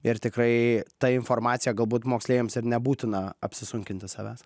ir tikrai ta informacija galbūt moksleiviams ir nebūtina apsunkinti savęs